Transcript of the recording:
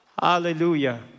Hallelujah